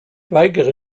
weigere